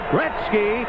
Gretzky